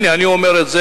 הנה אני אומר את זה,